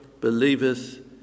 believeth